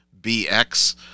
BX